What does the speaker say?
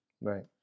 Right